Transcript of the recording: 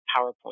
PowerPoint